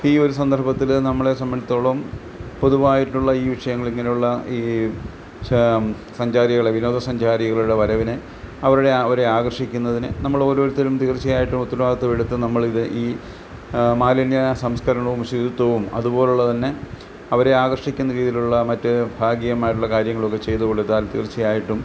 ഈ ഒരു സന്ദർഭത്തില് നമ്മളെ സംബന്ധിച്ചെടുത്തോളം പൊതുവായിട്ട് ഉള്ള ഈ വിഷയങ്ങള് ഇങ്ങനെയുള്ള ഈ സ സഞ്ചാരികളെ വിനോദസഞ്ചാരികളുടെ വരവിനെ അവരുടെ അവരെ ആകർഷിക്കുന്നതിന് നമ്മളോരോരുത്തരും തീർച്ചയായിട്ടും ഉത്തരവാദിത്തത്തോട് എടുത്തും നമ്മളിത് ഈ മാലിന്യ സംസ്കരണവും ശുചിത്വവും അതുപോലുള്ള തന്നെ അവരെ ആകർഷിക്കുന്ന രീതിയിലുള്ള മറ്റ് ഭാഗീകമായിട്ടുള്ള കാര്യങ്ങളൊക്കെ ചെയ്ത് കൊടുത്താൽ തീർച്ചയായിട്ടും